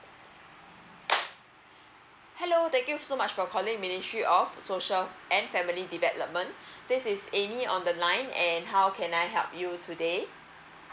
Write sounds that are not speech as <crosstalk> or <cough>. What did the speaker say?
<noise> hello thank you so much for calling ministry of social and family development this is amy on the line and how can I help you today